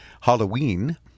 Halloween